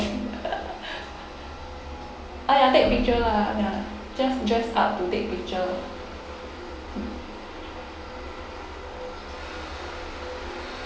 ah ya take picture ah ya just dress up to take picture mm